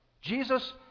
Jesus